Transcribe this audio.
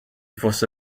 fosse